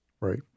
Right